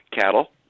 cattle